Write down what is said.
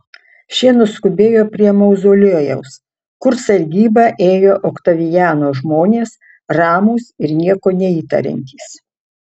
šie nuskubėjo prie mauzoliejaus kur sargybą ėjo oktaviano žmonės ramūs ir nieko neįtariantys